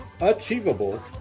achievable